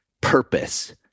purpose